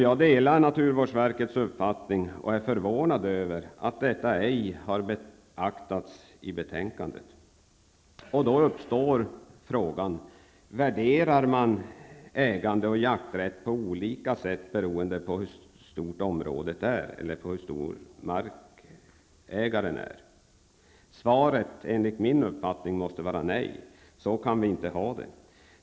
Jag delar naturvårdsverkets uppfattning och är förvånad över att detta ej har beaktats i betänkandet. Då uppstår frågan: Värderar man ägande och jakträtt på olika sätt beroende på hur stort området är eller på hur stor markägaren är? Svaret måste enligt min uppfattning vara nej. Så kan vi inte ha det.